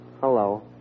hello